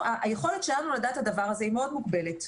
היכולת שלנו לדעת את הדבר הזה היא מאוד מוגבלת,